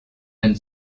and